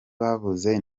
bavuze